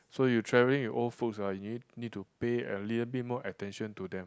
so you travelling with old folks ah you nee~ you need to pay a little bit more attention to them